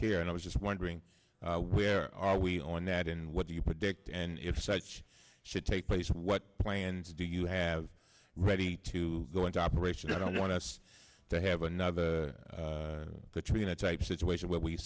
care and i was just wondering where are we on that and what do you predict and if such should take place what plans do you have ready to go into operation i don't want us to have another katrina type situation where we